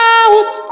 out